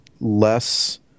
less